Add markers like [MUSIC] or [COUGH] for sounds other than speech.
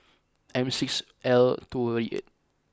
M six L two [HESITATION] eight